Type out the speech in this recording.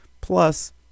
plus